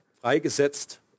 freigesetzt